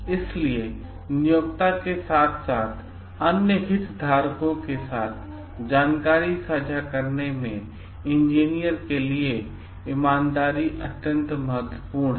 इसलिए नियोक्ता के साथ साथ अन्य हितधारकों के साथ जानकारी साझा करने में इंजीनियर के लिए ईमानदारी अत्यंत महत्वपूर्ण है